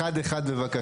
אחד אחד בבקשה.